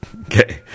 Okay